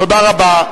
תודה רבה.